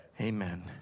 Amen